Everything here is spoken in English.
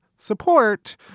Support